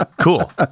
cool